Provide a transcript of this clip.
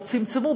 אז צמצמו.